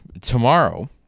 tomorrow